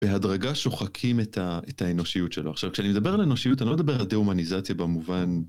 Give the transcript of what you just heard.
בהדרגה שוחקים את האנושיות שלו. עכשיו, כשאני מדבר על אנושיות, אני לא מדבר על דה-הומניזציה במובן.